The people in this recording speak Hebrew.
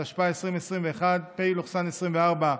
התשפ"א 2021, פ/356/24,